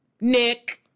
Nick